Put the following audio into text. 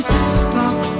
stop